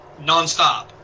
nonstop